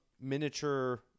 miniature